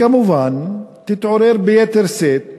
כמובן תתעורר ביתר שאת